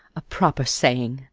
a proper saying!